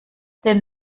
den